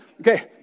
Okay